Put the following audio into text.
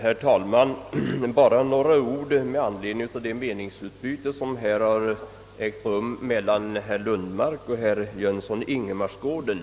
Herr talman! Jag vill bara anföra några få ord med anledning av det meningsutbyte som har ägt rum mellan herrar Lundmark och Jönsson i Ingemarsgården.